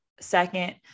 Second